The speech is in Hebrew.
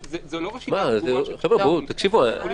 כי זאת לא רשימה סגורה של שיקולים.